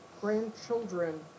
grandchildren